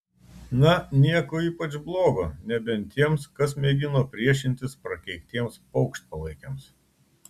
na nieko ypač blogo nebent tiems kas mėgino priešintis prakeiktiems paukštpalaikiams